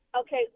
Okay